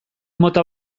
mota